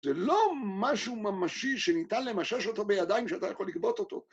זה לא משהו ממשי שניתן למשש אותו בידיים, שאתה יכול לגבות אותו.